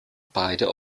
beide